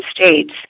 states